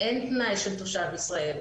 אין תנאי של תושב ישראל.